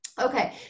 okay